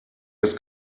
des